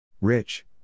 Rich